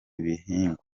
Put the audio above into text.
bihingwa